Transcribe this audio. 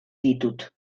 ditut